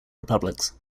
republics